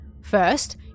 first